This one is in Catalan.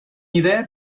idea